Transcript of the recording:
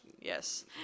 Yes